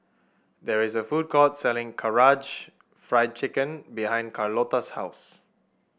there is a food court selling Karaage Fried Chicken behind Carlota's house